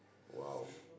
!wow!